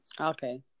Okay